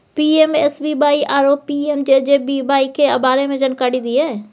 PMSBY आरो PMJJBY के बारे मे जानकारी दिय?